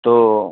तो